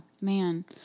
man